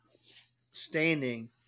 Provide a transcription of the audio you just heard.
standing